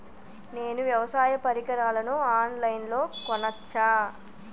నేను వ్యవసాయ పరికరాలను ఆన్ లైన్ లో కొనచ్చా?